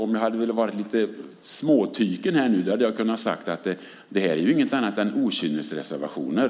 Om jag hade velat vara lite småtyken nu hade jag kunnat säga att det här inte är något annat än okynnesreservationer.